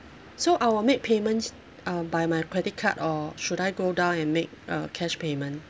so I'll make payments um by my credit card or should I go down and make a cash payment